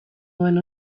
duen